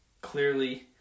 clearly